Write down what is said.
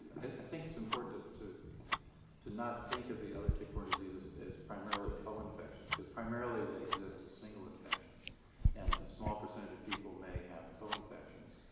i think it's important to to not think of the other tick-borne diseases as primarily co-infections because primarily they exist as single infections and a small percentage of people may have co-infections.